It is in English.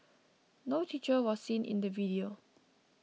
no teacher was seen in the video